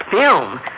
film